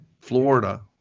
Florida